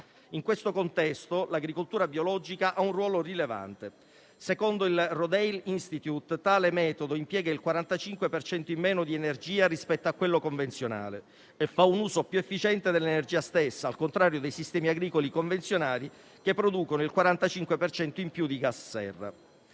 In questo contesto, l'agricoltura biologica ha un ruolo rilevante. Secondo il Rodale Institute, tale metodo impiega il 45 per cento in meno di energia rispetto a quello convenzionale e fa un uso più efficiente dell'energia stessa, al contrario dei sistemi agricoli convenzionali, che producono il 40 per cento in più di gas serra.